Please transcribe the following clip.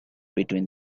between